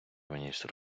міністр